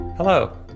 Hello